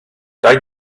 dau